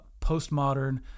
postmodern